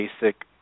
basic